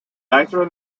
weitere